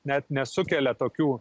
net nesukelia tokių